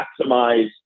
maximize